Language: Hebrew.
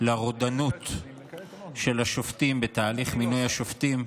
לרודנות של השופטים בתהליך מינוי השופטים.